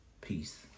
Peace